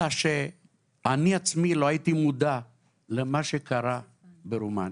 אלא שאני עצמי לא הייתי מודע למה שקרה ברומניה,